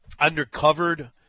undercovered –